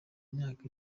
imyaka